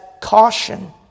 caution